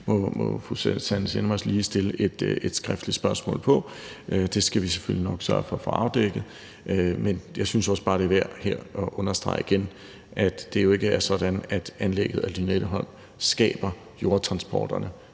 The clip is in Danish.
må fru Susanne Zimmer lige stille et skriftligt spørgsmål om. Det skal vi selvfølgelig nok sørge for at få afdækket, men jeg synes også bare, det er værd her at understrege igen, at det jo ikke er sådan, at anlægget af Lynetteholm skaber jordtransporterne;